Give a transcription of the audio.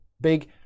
big